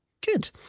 Good